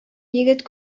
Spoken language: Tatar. егет